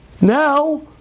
Now